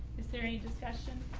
is there any discussion?